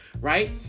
right